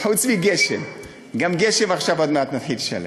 חוץ מגשם, גם על גשם עוד מעט נתחיל לשלם.